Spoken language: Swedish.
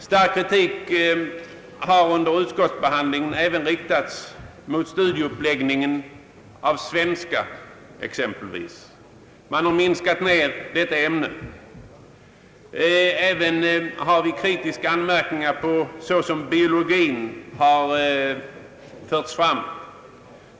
Stark kritik har under utskottsbehandlingen riktats mot studieuppläggningen av exempelvis svenska. Man har minskat ner detta ämne. Vi har även kritiska synpunkter på hur biologiämnet förts fram.